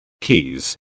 keys